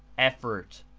effort,